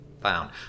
found